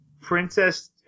princess